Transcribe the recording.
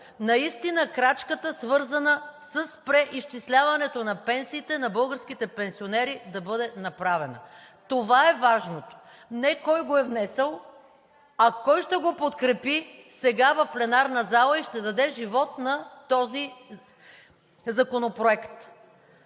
наистина крачката, свързана с преизчисляването на пенсиите на българските пенсионери, да бъде направена. Това е важното, не кой го е внесъл, а кой ще го подкрепи сега в пленарната зала и ще даде живот на този законопроект.